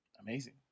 amazing